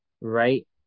right